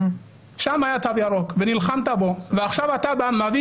שם היה תו ירוק ונלחמת בו ועכשיו אתה בא ומביא